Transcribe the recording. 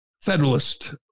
Federalist